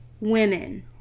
women